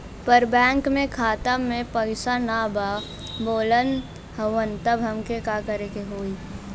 पर बैंक मे खाता मे पयीसा ना बा बोलत हउँव तब हमके का करे के होहीं?